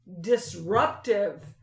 disruptive